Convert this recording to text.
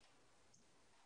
אחר כך ב-2009,